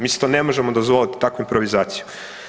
Mi si to ne možemo dozvoliti, takvu improvizaciju.